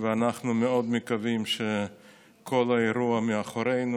ואנחנו מאוד מקווים שכל האירוע מאחורינו,